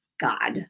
God